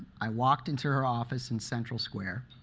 i walked into her office in central square,